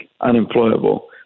unemployable